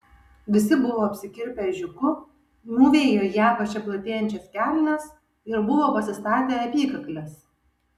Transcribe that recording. visi buvo apsikirpę ežiuku mūvėjo į apačią platėjančias kelnes ir buvo pasistatę apykakles